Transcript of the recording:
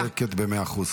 צודקת במאה אחוז.